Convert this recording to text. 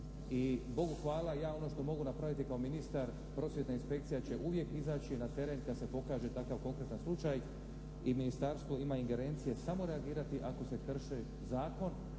i Bogu hvala ja ono što mogu napraviti kao ministar, prosvjetna inspekcija će uvijek izaći na teren kad se pokaže takav konkretan slučaj i ministarstvo ima ingerencije samo reagirati ako se krši zakon